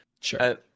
Sure